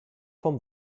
vom